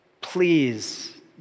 Please